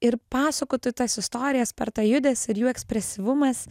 ir pasakotų tas istorijas per tą judesį ir jų ekspresyvumas